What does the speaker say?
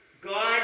God